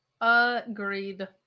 Agreed